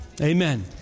Amen